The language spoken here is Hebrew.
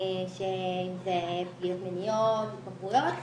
אם זה פגיעות מיניות או התמכרויות.